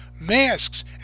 masks